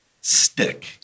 stick